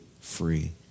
free